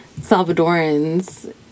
Salvadorans